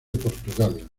portugal